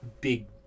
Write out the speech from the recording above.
big